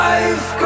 Life